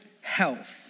health